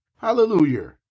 Hallelujah